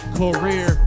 career